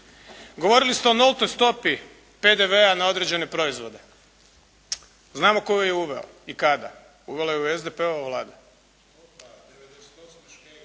Govorili ste o nultoj stopi PDV-a na određene proizvode. Znamo tko ju je uveo i kada. Uvela ju je SDP-ova Vlada.